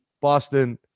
boston